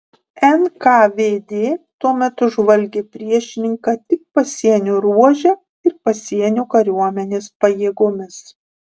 nkvd tuo metu žvalgė priešininką tik pasienio ruože ir pasienio kariuomenės pajėgomis